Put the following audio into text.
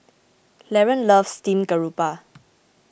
Laron loves Steamed Garoupa